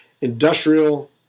industrial